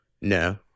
No